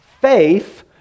Faith